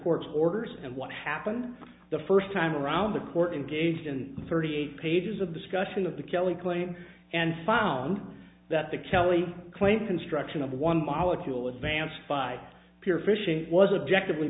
court's orders and what happened the first time around the court engaged in thirty eight pages of discussion of the kelley claim and found that the kelley claim construction of the one molecule advanced by peer fishing was objective we